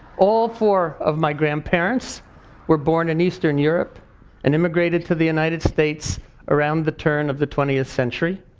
all four of my grandparents were born in eastern europe and immigrated to the united states around the turn of the twentieth century.